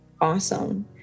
awesome